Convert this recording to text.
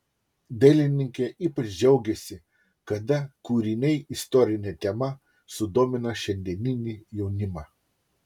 dailininkė ypač džiaugiasi kada kūriniai istorine tema sudomina šiandieninį jaunimą